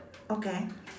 okay